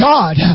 God